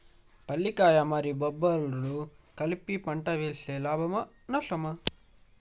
పల్లికాయలు మరియు బబ్బర్లు కలిపి పంట వేస్తే లాభమా? నష్టమా?